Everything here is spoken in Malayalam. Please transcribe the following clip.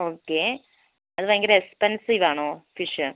ഓക്കേ അത് ഭയങ്കര എക്സ്പെൻസീവ് ആണോ ഫിഷ്